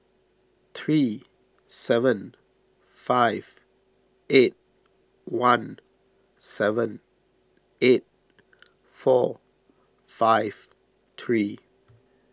three seven five eight one seven eight four five three